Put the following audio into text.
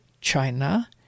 China